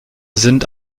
sind